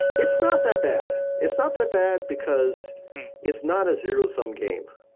it's not that bad. it's not that bad, because it's not a zero-sum game.